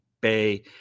Bay